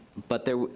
but there,